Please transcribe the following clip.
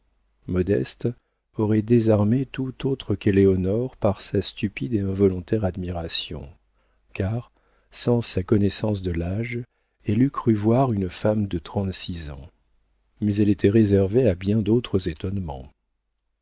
modeste aurait désarmé toute autre qu'éléonore par sa stupide et involontaire admiration car sans sa connaissance de l'âge elle eût cru voir une femme de trente-six ans mais elle était réservée à bien d'autres étonnements